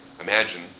imagine